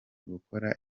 gukora